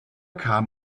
kam